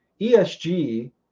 ESG